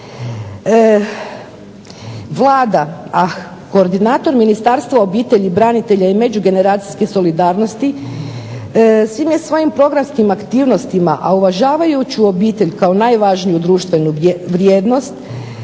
Vlada a koordinator Ministarstva obitelji, branitelja i međugeneracijske solidarnosti svim je svojim programskim aktivnostima, a uvažavajući obitelj kao najvažniju društvenu vrijednost